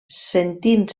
sentint